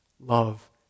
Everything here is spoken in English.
love